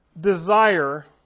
desire